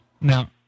Now